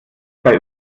bei